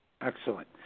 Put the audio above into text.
Excellent